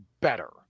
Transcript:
better